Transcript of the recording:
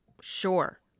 Sure